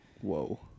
whoa